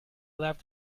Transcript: left